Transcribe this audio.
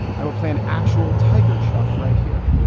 i will play an actual tiger chuff right here.